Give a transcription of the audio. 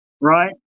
Right